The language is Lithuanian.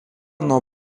nuo